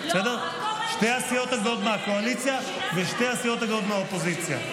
שתי הסיעות הגדולות מהקואליציה ושתי הסיעות הגדולות מהאופוזיציה,